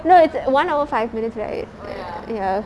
no it's one hour five minutes right ya